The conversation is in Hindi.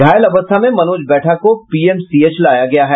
घायल अवस्था में मनोज बैठा को पीएमसीएच लाया गया है